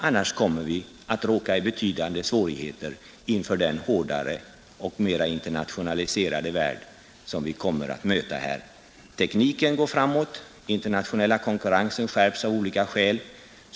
Annars kommer vi att råka i betydande svårigheter inför den härdare och mer internationaliserade värld som vi kommer att möta, Tekniken går framåt, och den internationella konkurrensen skärps av olika skäl.